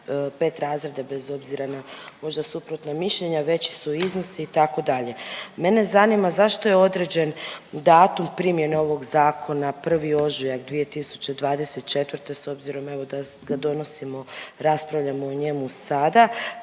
pet razreda bez obzira na možda suprotna mišljenja veći su iznosi itd., mene zanima zašto je određen datum primjene ovog zakona 1. ožujak 2024., s obzirom evo da ga donosimo raspravljamo o njemu sasta